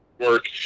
Work